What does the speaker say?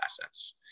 assets